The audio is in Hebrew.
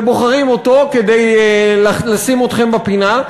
ובוחרים אותו כדי לשים אתכם בפינה.